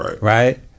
right